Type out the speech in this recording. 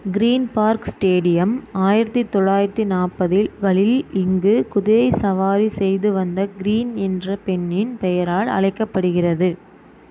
green Park stadium ஆயிரத்தி தொள்ளாயிரத்தி நாற்பதில் இங்கு குதிரை சவாரி செய்து வந்த கிரீன் என்ற பெண்ணின் பெயரால் அழைக்கப்படுகிறது